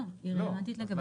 לא, היא רלוונטית לגבי הפסילה.